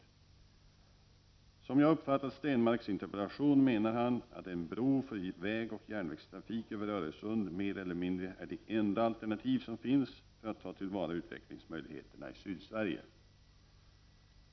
Såsom jag uppfattat Stenmarcks interpellation menar han att en bro för vägoch järnvägstrafk över Öresund mer eller mindre är det enda alternativ som finns för att ta till vara utvecklingsmöjligheterna i Sydsverige.